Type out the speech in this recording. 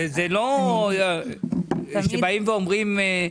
זה לא שבאים ואומרים,